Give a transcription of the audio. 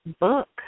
book